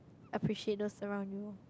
appreciate those around you